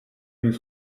nous